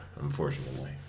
unfortunately